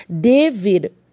David